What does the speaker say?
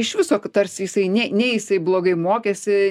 iš viso tarsi jisai nei ne jisai blogai mokėsi